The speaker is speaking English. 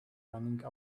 running